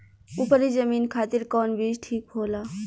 उपरी जमीन खातिर कौन बीज ठीक होला?